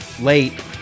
late